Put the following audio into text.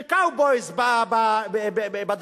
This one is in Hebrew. של קאובויס בדרום.